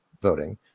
voting